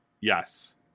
yes